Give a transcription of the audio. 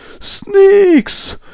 snakes